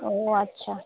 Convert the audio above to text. ও আচ্ছা